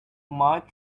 might